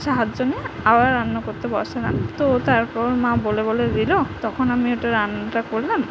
সাহায্য নিয়ে আবার রান্না করতে বসালাম তো তারপর মা বলে বলে দিলো তখন আমি ওটা রান্নাটা করলাম